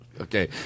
Okay